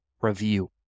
review